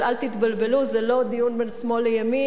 אבל אל תתבלבלו, זה לא דיון בין שמאל לימין,